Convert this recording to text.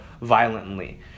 violently